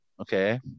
Okay